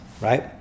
right